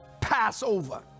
Passover